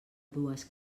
dues